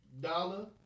dollar